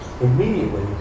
immediately